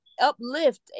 uplift